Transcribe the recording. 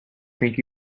think